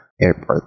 airport